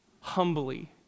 humbly